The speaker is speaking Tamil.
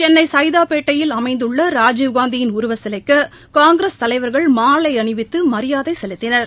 சென்னைகைதாப்பேட்டையில் அமைந்துள்ளராஜீவ்காந்தியின் உருவச்சிலைக்குகாங்கிரஸ் தலைவா்கள் மாலைஅணிவித்துமரியாதைசெலுத்தினர்